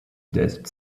desert